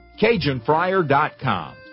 CajunFryer.com